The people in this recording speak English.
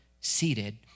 seated